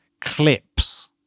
CLIPS